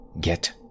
Get